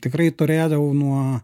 tikrai turėdavau nuo